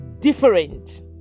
different